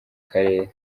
karere